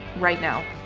right now!